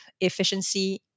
efficiency